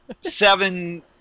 seven